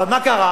אבל מה קרה?